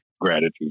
gratitude